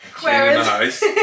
whereas